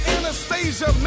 Anastasia